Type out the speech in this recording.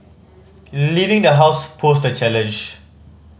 leaving the house posed a challenge